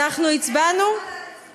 איך הצבעת על הנציבות היום?